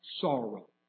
sorrow